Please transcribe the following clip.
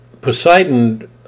Poseidon